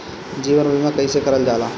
जीवन बीमा कईसे करल जाला?